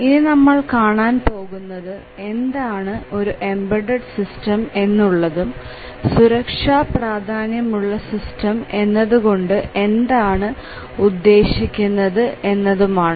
ഇനി നമ്മൾ കാണാൻ പോകുന്നത് എന്താണ് ഒരു എംബഡഡ് സിസ്റ്റം എന്നുള്ളതും സുരക്ഷാ പ്രാധാന്യമുള്ള സിസ്റ്റം എന്നതുകൊണ്ട് എന്താണ് ഉദ്ദേശിക്കുന്നത് എന്നതുമാണ്